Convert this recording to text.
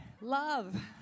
love